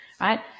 right